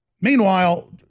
Meanwhile